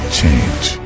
change